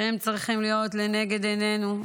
שהם צריכים להיות לנגד עינינו,